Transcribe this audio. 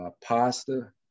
pasta